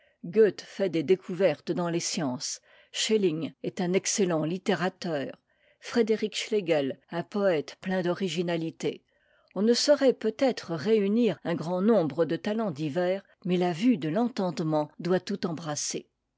fait des découvertes dans les sciences schening est un excellent littérateur frédéric schlegel un poëte plein d'originahté on ne saurait peut-être réunir un grand nombre de talents divers mais la vue de l'entendement doit tout embrasser